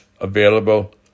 available